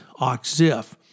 OXIF